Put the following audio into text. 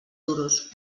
duros